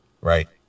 Right